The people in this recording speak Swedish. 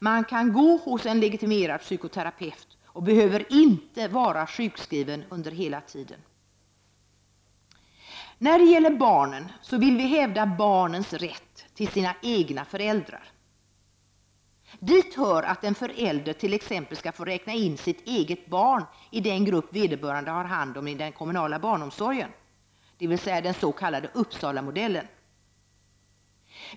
Man kan gå hos en legitimerad psykoterapeut utan att behöva vara sjukskriven under hela behandlingstiden. När det gäller barnen vill vi hävda barnens rätt till sina egna föräldrar. Dit hör att en förälder t.ex. skall få räkna in sitt eget barn i den grupp vederbörande har hand om i den kommunala barnomsorgen; den s.k. Uppsalamodellen.